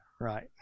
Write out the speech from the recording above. Right